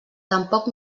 tampoc